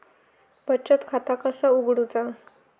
बचत खाता कसा उघडूचा?